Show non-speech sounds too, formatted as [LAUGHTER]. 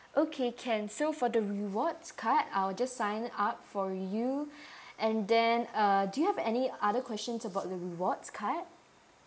okay can so for the rewards card I'll just sign up for you [BREATH] and then uh do you have any other questions about the rewards card